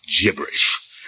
Gibberish